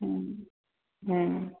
ହୁଁ ହୁଁ